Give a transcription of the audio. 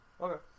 okay